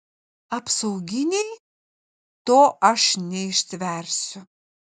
apsauginiai to aš neištversiu